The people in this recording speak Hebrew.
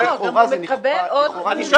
זה פשוט מקומם מה שאתה אומר.